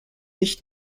nicht